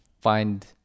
find